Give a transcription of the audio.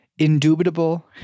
indubitable